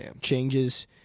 changes